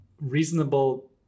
reasonable